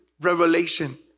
revelation